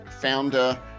founder